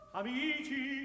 amici